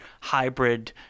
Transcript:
hybrid